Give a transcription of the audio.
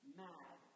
mad